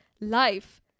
life